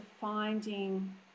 finding